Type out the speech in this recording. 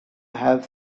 have